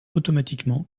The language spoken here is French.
automatiquement